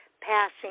passing